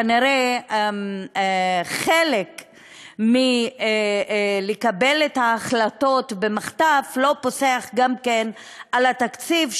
כנראה חלק מלקבל את ההחלטות במחטף לא פוסח גם על התקציב,